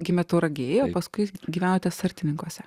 gimė tauragėje paskui gyvenote sartininkuose